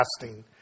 fasting